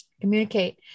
communicate